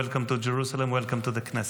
Welcome to Jerusalem, welcome to the Knesset.